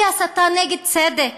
היא הסתה נגד צדק,